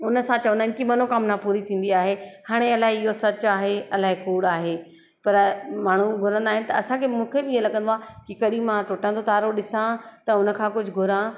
उन सां चवंदा आहिनि कि मनोकामना पूरी थींदी आहे हाणे अलाई इहो सच आहे अलाई कूड़ु आहे पर माण्हू घुरंदा आहिनि त असांखे मूंखे बि ईअं लॻंदो आहे कि कढी मां टुटंदो तारो ॾिसां त उन खां कुझु घुरां